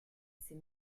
c’est